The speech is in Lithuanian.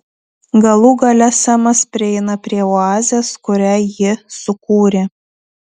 galų gale semas prieina prie oazės kurią ji sukūrė